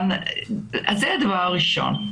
זה הדבר הראשון,